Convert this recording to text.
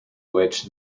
which